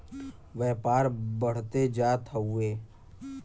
व्यापार बढ़ते जात हउवे